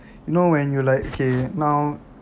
you know when you're like kay now